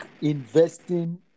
investing